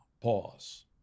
pause